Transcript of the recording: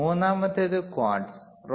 മൂന്നാമത്തേത് ക്വാർട്സ്